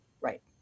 Right